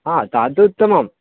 हा तदुत्तमं